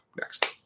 Next